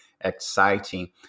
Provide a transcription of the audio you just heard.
exciting